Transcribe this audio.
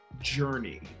journey